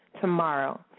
tomorrow